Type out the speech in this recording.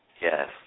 Yes